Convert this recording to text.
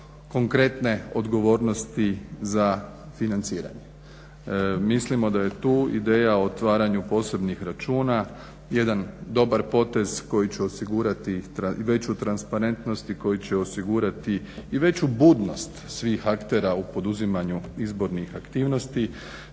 konkretne odgovornosti za financiranje. Mislimo da je tu ideja o otvaranju posebnih računa jedan dobar potez koji ću osigurati veću transparentnost i koji će osigurati i veću budnost svih aktera u poduzimanju izbornih aktivnosti